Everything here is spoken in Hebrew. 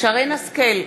שרן השכל,